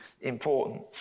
important